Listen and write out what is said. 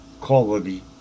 quality